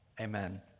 Amen